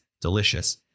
delicious